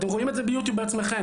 אתם רואים את זה ביוטיוב בעצמכם.